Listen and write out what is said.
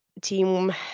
team